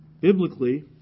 Biblically